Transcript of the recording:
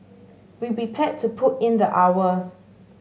be prepared to put in the hours